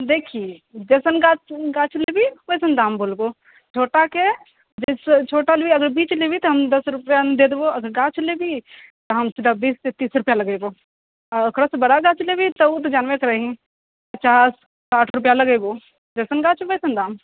देखी जैसन गाछ गाछ लेबही वैसन दाम बोलबो छोटाके जइसे छोटा लेबही बीच लेबही तऽ हम दश रुपैआमे दऽ देबौ आओर गाछ लेबही तऽ हम तोरा बीस से तीस रुपैआ लगैबो आओर ओकरो से बड़ा गाछ लेबही तऽ ओ तऽ जानबै करै हीँ पचास साठि रुपैआ लगैबो जैसन गाछ वैसन दाम